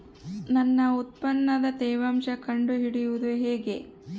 ನನ್ನ ಉತ್ಪನ್ನದ ತೇವಾಂಶ ಕಂಡು ಹಿಡಿಯುವುದು ಹೇಗೆ?